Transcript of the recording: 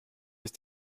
ist